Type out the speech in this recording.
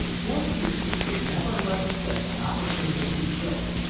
poor peterkin could never let slip an opportunity to joke,